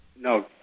No